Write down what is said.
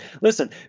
Listen